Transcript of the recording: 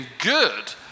good